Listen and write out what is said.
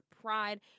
pride